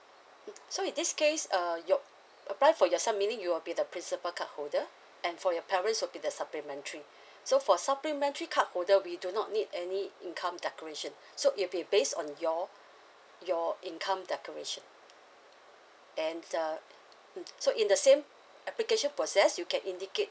mm so in this case uh your apply for your some meaning you will be the principal card holder and for your parents will be the supplementary so for supplementary card holder we do not need any income declaration so it'll be based on your your income declaration and the mm so in the same application process you can indicate